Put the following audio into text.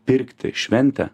pirkti šventę